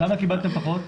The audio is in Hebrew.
למה קבלתם פחות?